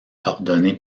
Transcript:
ordonné